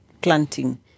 planting